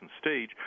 stage